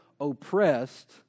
Oppressed